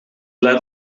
leidt